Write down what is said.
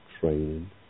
training